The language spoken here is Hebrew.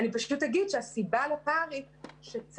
אני פשוט אגיד שהסיבה לפער היא שצה"ל